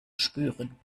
spüren